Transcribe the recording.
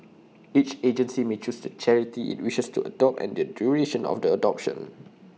each agency may choose the charity IT wishes to adopt and the duration of the adoption